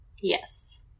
Yes